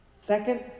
Second